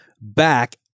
back